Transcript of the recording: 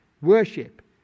Worship